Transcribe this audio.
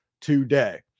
today